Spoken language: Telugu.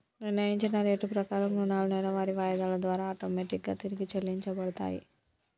నిర్ణయించిన రేటు ప్రకారం రుణాలు నెలవారీ వాయిదాల ద్వారా ఆటోమేటిక్ గా తిరిగి చెల్లించబడతయ్